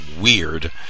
weird